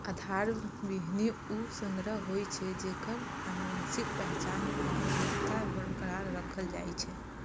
आधार बीहनि ऊ संग्रह होइ छै, जेकर आनुवंशिक पहचान आ शुद्धता बरकरार राखल जाइ छै